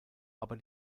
aber